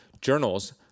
journals